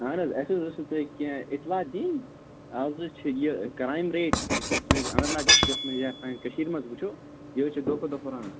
اَہن حظ اَسہِ حظ ٲسوٕ تۄہہِ کیٚنٛہہ اِطلاع دِنۍ اَز حظ چھِ یہِ کرٛایِم ریٹ یُس حظ سٲنِس اننت ناگ ڈِسٹِرکس منٛز یا سانہِ کٔشیٖرِ منٛز وُچھو یہِ حظ چھِ دۄہ کھۄتہٕ دۄہ ہُران